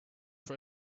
for